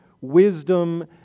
wisdom